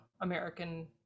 american